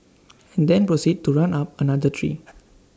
and then proceed to run up another tree